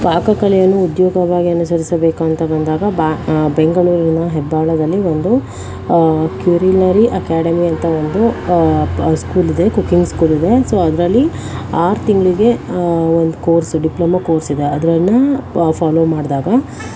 ಪಾಕಕಲೆಯನ್ನು ಉದ್ಯೋಗವಾಗಿ ಅನುಸರಿಸಬೇಕು ಅಂತ ಬಂದಾಗ ಬೆಂಗಳೂರಿನ ಹೆಬ್ಬಾಳದಲ್ಲಿ ಒಂದು ಕ್ಯೂರಿಲರಿ ಅಕಾಡೆಮಿ ಅಂತ ಒಂದು ಪ ಸ್ಕೂಲಿದೆ ಕುಕಿಂಗ್ ಸ್ಕೂಲಿದೆ ಸೊ ಅದರಲ್ಲಿ ಆರು ತಿಂಗಳಿಗೆ ಒಂದು ಕೋರ್ಸ್ ಡಿಪ್ಲೋಮಾ ಕೋರ್ಸಿದೆ ಅದನ್ನು ಫಾಲೋ ಮಾಡಿದಾಗ